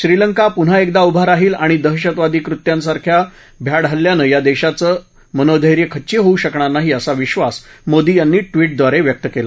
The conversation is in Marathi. श्रीलंका पुन्हा एकदा उभा राहील आणि दहशतवादी कृत्यं सारख्या भ्याड हल्ल्याने या देशाचे मनोधैर्य खच्ची होऊ शकणार नाही असा विश्वास मोदी यांनी ट्विट द्वारे व्यक्त केला